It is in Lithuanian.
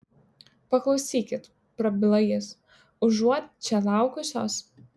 paklausykit prabilo jis užuot čia laukusios